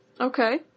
Okay